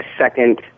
second